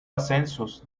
ascensos